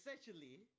essentially